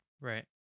Right